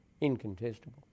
Incontestable